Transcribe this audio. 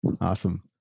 Awesome